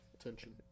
attention